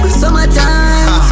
summertime